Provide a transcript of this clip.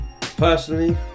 personally